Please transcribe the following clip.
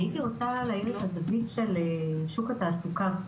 אני רוצה להאיר את הזווית של שוק התעסוקה,